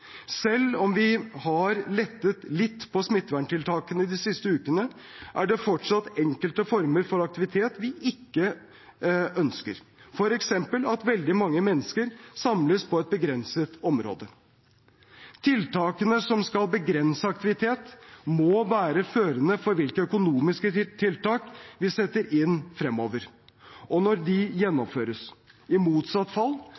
Selv om vi har lettet litt på smitteverntiltakene de siste ukene, er det fortsatt enkelte former for aktivitet vi ikke ønsker, f.eks. at veldig mange mennesker samles på et begrenset område. Tiltakene som skal begrense aktivitet, må være førende for hvilke økonomiske tiltak vi setter inn fremover, og når de gjennomføres. I motsatt fall